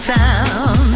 town